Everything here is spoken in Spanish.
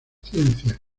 ciencia